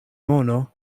mono